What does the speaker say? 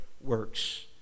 works